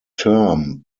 term